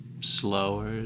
slower